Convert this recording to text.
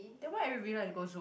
then why everybody like to go Zouk